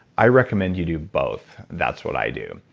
i recommend you do both, that's what i do.